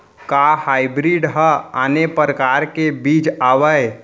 का हाइब्रिड हा आने परकार के बीज आवय?